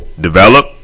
develop